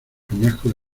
peñascos